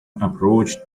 approached